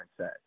mindset